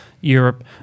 Europe